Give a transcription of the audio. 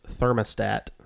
thermostat